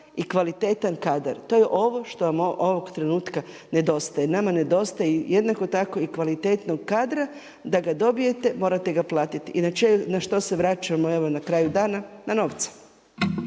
i kvalitetan kadar to je ovo što vam ovog trenutka nedostaje. Nama nedostaje jednako tako i kvalitetnog kadra da ga dobijete morate ga platiti. I na što se vraćamo evo na kraju dana? Na novce.